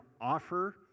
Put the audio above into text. offer